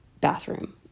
bathroom